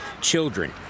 children